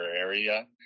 area